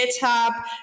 GitHub